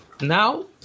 Now